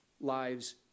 lives